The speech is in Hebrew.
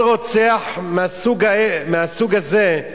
כל רוצח מהסוג הזה,